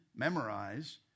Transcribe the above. Memorize